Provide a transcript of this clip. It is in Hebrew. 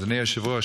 אדוני היושב-ראש,